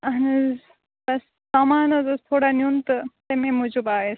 اہن حظ بَس سامان حظ اوس تھوڑا نیُن تہٕ تَمے موٗجوٗب آیَس